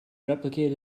replicate